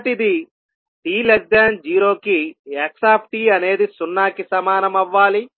మొదటిది t0 కి xtఅనేది సున్నాకి సమానం అవ్వాలి